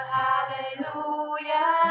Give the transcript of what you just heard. hallelujah